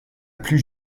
plus